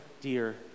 dear